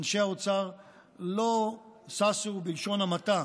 אנשי האוצר לא ששו, בלשון המעטה,